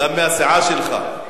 גם מהסיעה שלך.